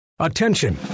Attention